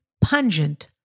pungent